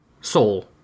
Soul